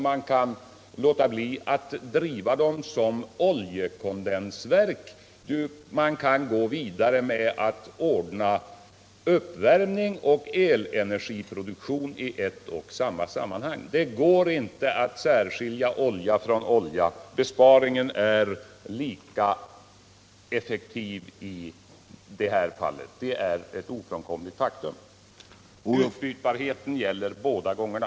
Man kan låta bli att driva oljekraftverken som oljekondensverk. Man kan gå vidare med att ordna uppvärmning och elenergiproduktion i ett och samma sammanhang. Det går inte att särskilja olja från olja. Besparingen är lika effektiv i det här fallet. Det är ett ofrånkomligt faktum. Utbytbarheten gäller båda gångerna.